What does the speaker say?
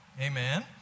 Amen